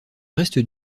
reste